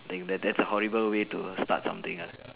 then that's a horrible way to start something ah